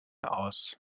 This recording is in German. aus